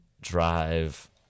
drive